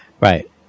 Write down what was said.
Right